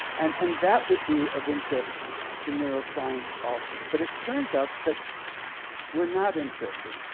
and and that would be of interest to neuroscience also, but it turns out that we're not interested.